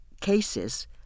cases